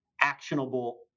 actionable